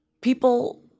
People